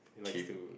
cheap